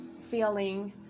feeling